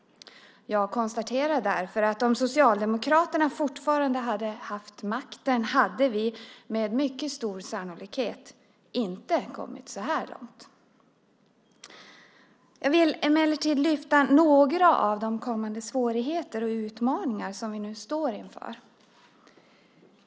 Jag konstaterar därför att om Socialdemokraterna fortfarande haft makten skulle vi med stor sannolikhet inte ha kommit så här långt. Jag vill emellertid lyfta fram några av de kommande svårigheter och utmaningar som vi nu står inför.